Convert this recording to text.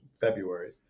February